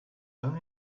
only